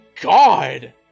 god